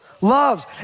loves